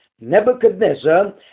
nebuchadnezzar